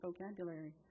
vocabulary